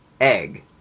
Egg